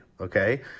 Okay